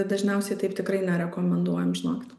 dažniausiai taip tikrai nerekomenduojam žinokit